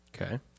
Okay